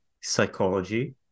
psychology